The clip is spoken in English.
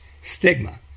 Stigma